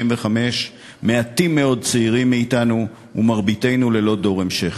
65. מעטים מאוד צעירים מאתנו ומרביתנו ללא דור המשך.